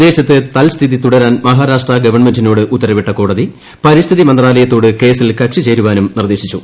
പ്രദേശത്ത് തൽസ്ഥിതി തുടരാൻ മഹ്ാർാഷ്ട്ര ഗവൺമെന്റിനോട് ഉത്തരവിട്ട കോടതി പരിസ്ഥിതി കീ്യ്യാലയത്തോട് കേസിൽ കക്ഷിചേരാനും നിർദ്ദേശിച്ചു